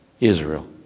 Israel